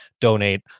donate